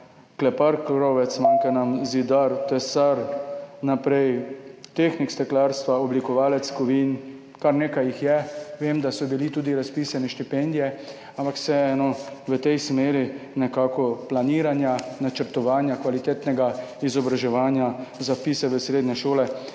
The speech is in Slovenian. klepar, krovec, manjka nam zidar, tesar, tehnik steklarstva, oblikovalec kovin, kar nekaj jih je. Vem, da so bile tudi razpisane štipendije, ampak vseeno, v smeri nekako planiranja, načrtovanja kvalitetnega izobraževanja za vpise v srednje šole,